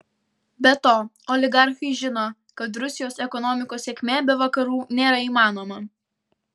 be to oligarchai žino kad rusijos ekonomikos sėkmė be vakarų nėra įmanoma